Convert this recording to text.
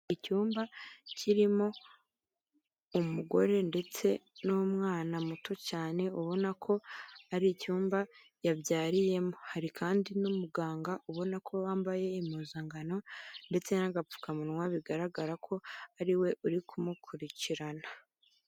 Icyumba kirimo umugore ndetse n'umwana muto cyane, ubona ko ari icyumba yabyariyemo. Hari kandi n'umuganga ubona ko wambaye impuzangano ndetse n'agapfukamunwa bigaragara ko ariwe uri kumukurikirana.